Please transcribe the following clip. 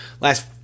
last